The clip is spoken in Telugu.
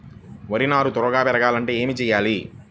వరి నారు త్వరగా పెరగాలంటే ఏమి చెయ్యాలి?